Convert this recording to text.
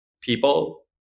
people